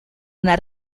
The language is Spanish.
una